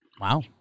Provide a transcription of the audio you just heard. Wow